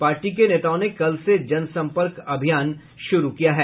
party के नेताओं ने कल से जन सम्पर्क अभियान शुरू किया है